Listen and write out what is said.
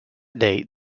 date